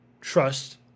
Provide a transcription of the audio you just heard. trust